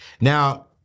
Now